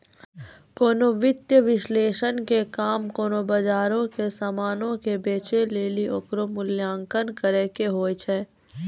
कोनो वित्तीय विश्लेषक के काम कोनो बजारो के समानो के बेचै लेली ओकरो मूल्यांकन करै के होय छै